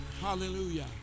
Hallelujah